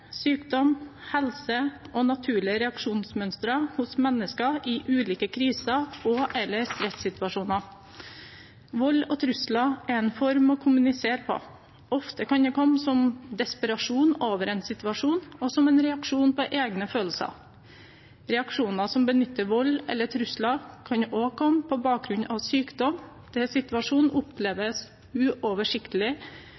sykdom, helse og naturlige reaksjonsmønstre hos mennesker i ulike kriser og/eller rettssituasjoner. Vold og trusler er en måte å kommunisere på. Ofte kan det komme som desperasjon over en situasjon, og som en reaksjon på egne følelser. Reaksjoner i form av vold eller trusler kan også komme på bakgrunn av sykdom der situasjonen oppleves uoversiktlig